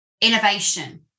innovation